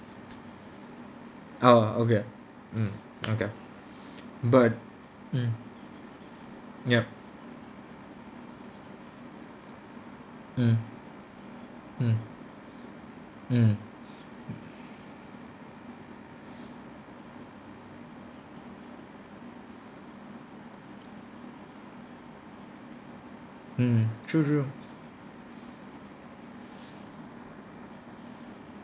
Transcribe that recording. uh okay mm okay but mm yup mm mm mmhmm mmhmm true true